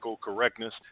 correctness